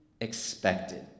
expected